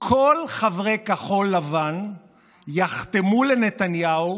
כל חברי כחול לבן יחתמו לנתניהו